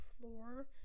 Floor